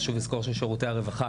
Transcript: חשוב לזכור ששירותי הרווחה,